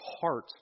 heart